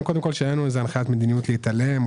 אין לנו הנחית מדיניות להתעלם.